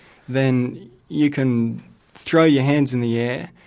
then you can throw your hands in the air,